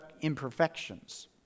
imperfections